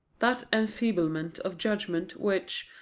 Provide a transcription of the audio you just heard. that enfeeblement of judgment which,